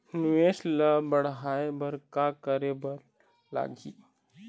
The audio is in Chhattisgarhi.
निवेश ला बढ़ाय बर का करे बर लगही?